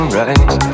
right